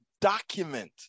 document